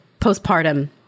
postpartum